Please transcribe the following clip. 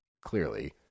clearly